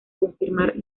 confirmar